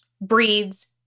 breeds